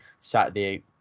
Saturday